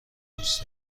دوست